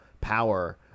power